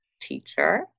teacher